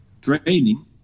training